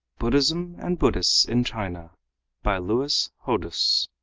buddhism and buddhists in china by lewis hodous,